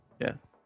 Yes